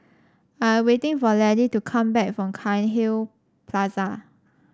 I am waiting for Laddie to come back from Cairnhill Plaza